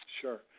Sure